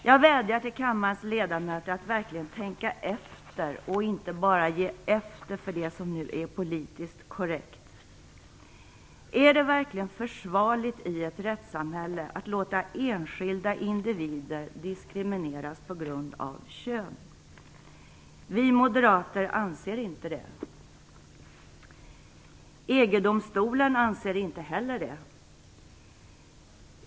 Jag vädjar till kammarens ledamöter att verkligen tänka efter och inte bara ge efter för det som nu är politiskt korrekt. Är det verkligen försvarligt i ett rättssamhälle att låta enskilda individer diskrimineras på grund av kön? Vi moderater anser inte det. EG-domstolen anser inte heller det.